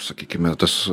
sakykime tas